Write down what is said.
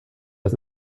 das